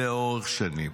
לאורך שנים.